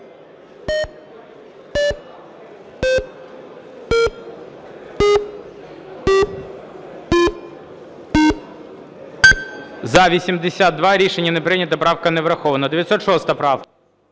За-82 Рішення не прийнято. Правка не врахована. 906 правка.